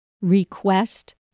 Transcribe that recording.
Request